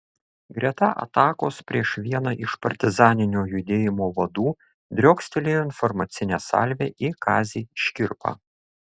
greta atakos prieš vieną iš partizaninio judėjimo vadų driokstelėjo informacinė salvė į kazį škirpą